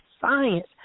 science